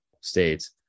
states